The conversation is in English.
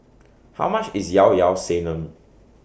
How much IS Yao Yao Sanum